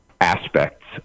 aspects